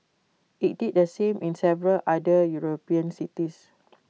IT did the same in several other european cities